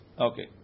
Okay